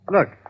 Look